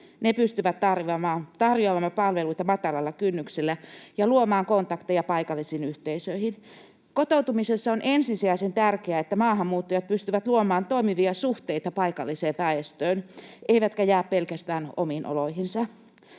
ne pystyvät tarjoamaan palveluita matalalla kynnyksellä ja luomaan kontakteja paikallisiin yhteisöihin. Kotoutumisessa on ensisijaisen tärkeää, että maahanmuuttajat pystyvät luomaan toimivia suhteita paikalliseen väestöön eivätkä jää pelkästään omiin oloihinsa.